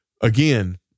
again